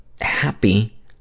happy